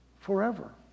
forever